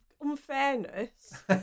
unfairness